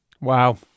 Wow